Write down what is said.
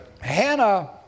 Hannah